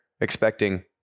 expecting